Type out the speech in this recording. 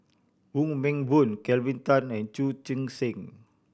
Wong Meng Voon Kelvin Tan and Chu Chee Seng